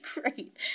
great